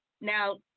Now